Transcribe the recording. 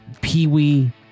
Peewee